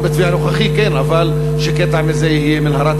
אבל שקטע מזה יהיה מנהרה,